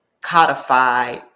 codified